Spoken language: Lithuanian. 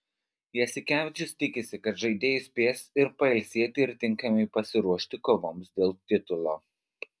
jasikevičius tikisi kad žaidėjai spės ir pailsėti ir tinkamai pasiruošti kovoms dėl titulo